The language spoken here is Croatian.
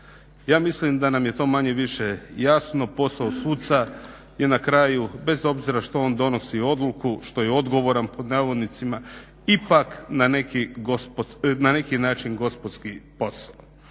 Ja mislim da nam je to manje-više jasno, posao suca je na kraju, bez obzira što on donosi odluku, što je odgovoran pod navodnicima, ipak na neki način gospodski posao.